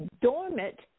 dormant